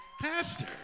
pastor